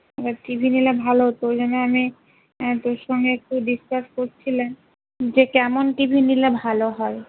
এবার TV নিলে ভালো হতো ওই জন্য আমি তোর সঙ্গে একটু ডিসকাস করছিলাম যে কেমন টি ভি নিলে ভালো হয়